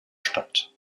statt